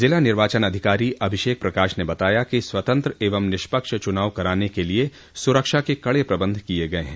जिला निर्वाचन अधिकारी अभिषेक प्रकाश ने बताया कि स्वतंत्र एवं निष्पक्ष चनाव कराने के लिए सुरक्षा के कडे प्रबन्ध किये गये हैं